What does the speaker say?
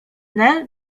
nel